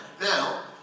Now